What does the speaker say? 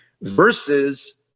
versus